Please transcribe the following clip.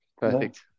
Perfect